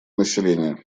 населения